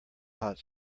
hot